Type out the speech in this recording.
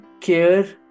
care